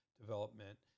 development